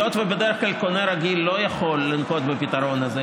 היות שבדרך כלל קונה רגיל לא יכול לנקוט את הפתרון הזה,